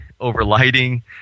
overlighting